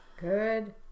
Good